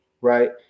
right